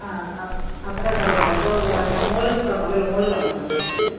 ആ ആ അത്രയും കറിയുണ്ട് അപ്പോൾ പിന്ന മോരൊക്കെ കാണുമല്ലോ അല്ലേ മോര് കാണുമല്ലോ ആ കൂട്ടത്തിൽ